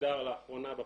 שהוגדר לאחרונה בפקודה,